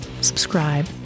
Subscribe